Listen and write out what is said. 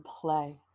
play